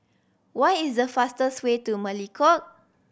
what is the fastest way to Melekeok